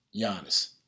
Giannis